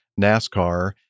NASCAR